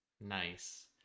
Nice